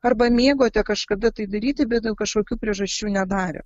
arba mėgote kažkada tai daryti bet dėl kažkokių priežasčių nedarė